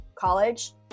college